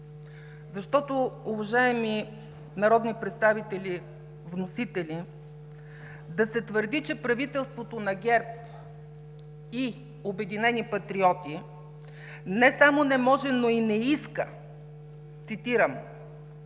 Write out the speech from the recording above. Защото, уважаеми народни представители – вносители, да се твърди, че правителството на ГЕРБ и „Обединени патриоти“ не само не може, но и не иска, цитирам: